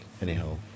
Anyhow